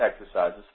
exercises